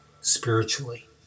spiritually